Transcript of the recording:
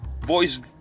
Voice